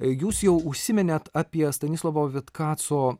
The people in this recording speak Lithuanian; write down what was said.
jūs jau užsiminėt apie stanislovo vitkaco